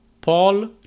Paul